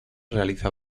realiza